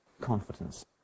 confidence